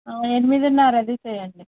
ఎనిమిదన్నరది చేయండి